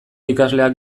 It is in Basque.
ikasleak